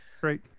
great